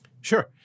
Sure